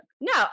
No